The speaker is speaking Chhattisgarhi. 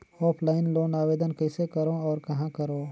ऑफलाइन लोन आवेदन कइसे करो और कहाँ करो?